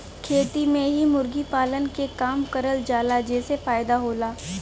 खेत में ही मुर्गी पालन के काम करल जाला जेसे फायदा होला